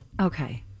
Okay